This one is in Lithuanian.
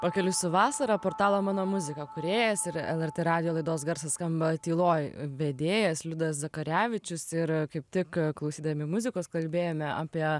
pakeliui su vasarą portalo mano muzika kūrėjas ir lrt radijo laidos garsas skamba tyloj vedėjas liudas zakarevičius ir kaip tik klausydami muzikos kalbėjome apie